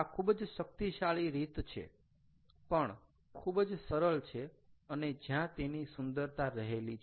આ ખૂબ જ શક્તિશાળી રીત છે પણ ખૂબ જ સરળ છે અને જ્યાં તેની સુંદરતા રહેલી છે